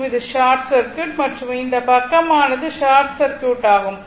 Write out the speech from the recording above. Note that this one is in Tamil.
மற்றும் இது ஷார்ட் சர்க்யூட் மற்றும் இந்தப் பக்கமானது ஷார்ட் சர்க்யூட் ஆகும்